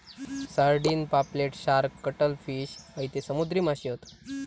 sardine, पापलेट, shark, cuttlefish हयते समुद्री माशे हत